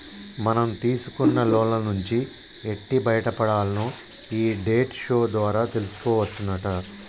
మనం తీసుకున్న లోన్ల నుంచి ఎట్టి బయటపడాల్నో ఈ డెట్ షో ద్వారా తెలుసుకోవచ్చునట